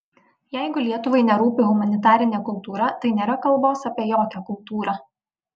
jeigu lietuvai nerūpi humanitarinė kultūra tai nėra kalbos apie jokią kultūrą